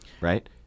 right